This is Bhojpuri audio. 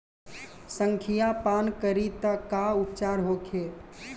संखिया पान करी त का उपचार होखे?